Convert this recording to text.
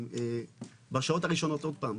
עוד פעם,